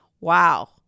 wow